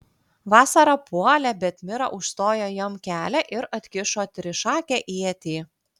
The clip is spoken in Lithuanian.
vasara puolė bet mira užstojo jam kelią ir atkišo trišakę ietį